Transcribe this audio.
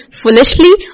foolishly